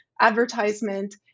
advertisement